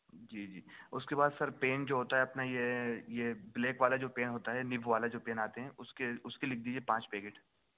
جی جی اس کے بعد سر پین جو ہوتا ہے اپنا یہ یہ بلیک والا جو پین ہوتا ہے نب والا جو پین آتے ہیں اس کے اس کے لکھ دیجیے پانچ پیکٹ